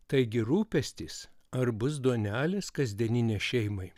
taigi rūpestis ar bus duonelės kasdieninės šeimai